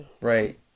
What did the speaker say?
Right